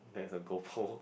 there's a goal pole